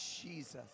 Jesus